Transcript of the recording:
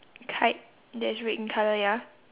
kite that is red in colour ya